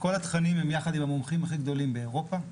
כל התכנים הם יחד עם המומחים הכי גדולים באירופה.